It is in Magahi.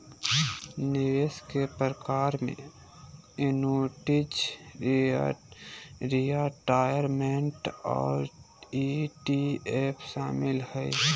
निवेश के प्रकार में एन्नुटीज, रिटायरमेंट और ई.टी.एफ शामिल हय